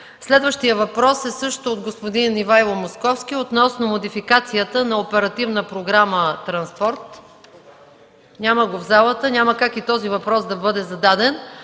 Следващият въпрос е също от господин Ивайло Московски относно модификацията на Оперативна програма „Транспорт”. Няма го в залата, няма как и този въпрос да бъде зададен.